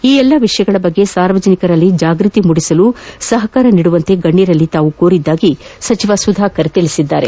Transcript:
ಈ ಎಲ್ಲ ವಿಷಯಗಳ ಬಗ್ಗೆ ಸಾರ್ವಜನಿಕರಲ್ಲಿ ಜಾಗೃತಿ ಮೂಡಿಸಲು ಸಹಕಾರ ನೀಡುವಂತೆ ಗಣ್ಣರಲ್ಲಿ ಕೋರಿರುವುದಾಗಿ ಸಚಿವ ಸುಧಾಕರ್ ತಿಳಿಸಿದ್ದಾರೆ